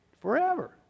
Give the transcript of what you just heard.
Forever